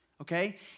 okay